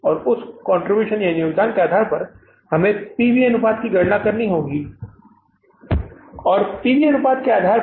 और उस योगदान के आधार पर हमें पी वी अनुपात की गणना करनी होगी और पी वी अनुपात के आधार पर